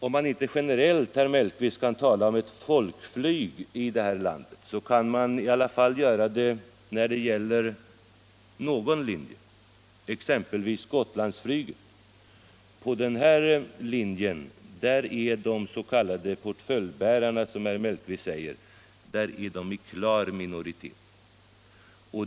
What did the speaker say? Om man inte generellt kan tala om ett folkflyg här i landet, så kan man i varje fall göra det när det gäller någon linje, exempelvis Gotlandsflyget. På den linjen är portföljbärarna, som herr Mellqvist säger, i klar minoritet.